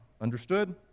Understood